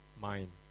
mind